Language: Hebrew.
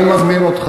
תשאל אותו,